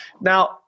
Now